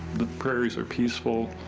the prairies are peaceful,